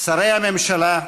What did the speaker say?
שרי הממשלה,